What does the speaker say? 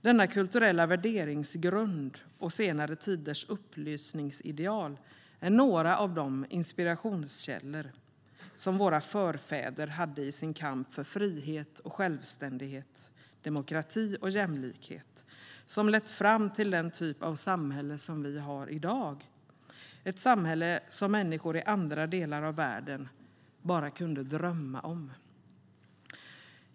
Denna kulturella värderingsgrund och senare tiders upplysningsideal är några av de inspirationskällor som våra förfäder hade i sin kamp för frihet och självständighet, demokrati och jämlikhet och som lett fram till den typ av samhälle vi har i dag, ett samhälle som människor i andra delar av världen bara kan drömma om.